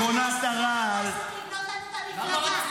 מכונת הרעל --- למה אתה צריך לבנות את המפלגה?